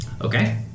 Okay